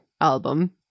album